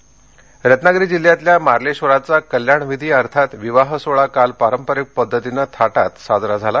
मार्लेश्वर रत्नागिरी रत्नागिरी जिल्ह्यातल्या मार्लेश्वराचा कल्याण विधी म्हणजेच विवाह सोहळा काल पारंपरिक पद्धतीनं थाटात साजरा झाला